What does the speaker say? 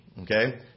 okay